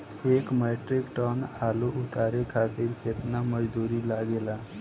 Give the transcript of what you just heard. एक metric ton आलू उतारे खातिर केतना मजदूरी लागेला?